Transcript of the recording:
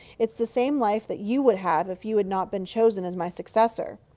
it's the same life that you would have, if you had not been chosen as my successor.